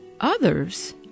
others